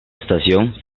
estación